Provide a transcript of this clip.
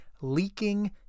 leaking